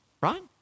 Right